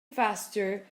faster